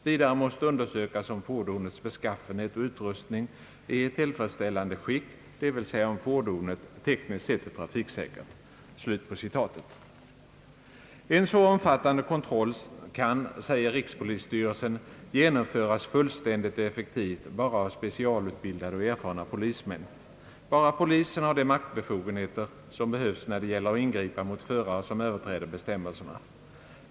Vidare måste undersökas om fordonets beskaffenhet och utrustning är i tillfredsställande skick, dvs. om fordonet tekniskt sett är trafiksäkert.» En så omfattande kontroll kan, säger rikspolisstyrelsen, genomföras fullständigt och effektivt bara av specialutbildade och erfarna polismän. Bara polisen har de maktbefogenheter som behövs när det gäller att ingripa mot en förare som Ööverträder bestämmelserna.